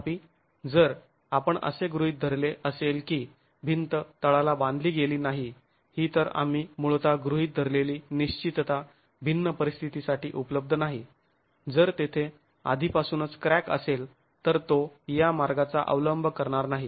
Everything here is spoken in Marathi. तथापि जर आपण असे गृहीत धरले असेल की भिंत तळाला बांधली गेली नाही ही तर आम्ही मूळतः गृहीत धरलेली निश्चितता भिन्न परिस्थितीसाठी उपलब्ध नाही जर तेथे आधीपासूनच क्रॅक असेल तर तो या मार्गाचा अवलंब करणार नाही